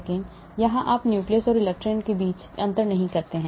यहां आप nucleus and electrons के बीच अंतर नहीं करते हैं